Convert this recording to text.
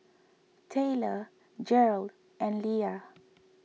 Tayler Gearld and Leah